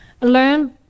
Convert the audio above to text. Learn